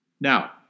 Now